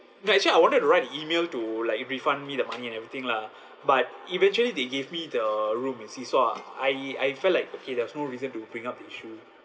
ya actually I wanted to write a email to like refund me the money and everything lah but eventually they give me the room you see so I I felt like okay there was no reason to bring up the issue